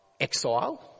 exile